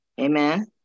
Amen